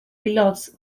pilots